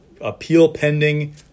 appeal-pending